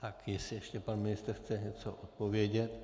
Tak jestli ještě pan ministr chce něco odpovědět.